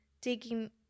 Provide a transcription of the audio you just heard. taking